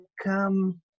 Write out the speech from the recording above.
come